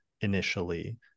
initially